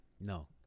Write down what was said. no